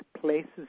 places